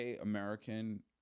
American